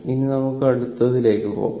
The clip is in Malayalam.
ഇനി നമുക്ക് അടുത്തതിലേക്ക് പോകാം